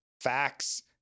facts